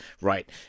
right